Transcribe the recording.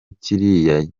kiriya